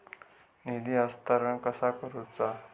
निधी हस्तांतरण कसा करुचा?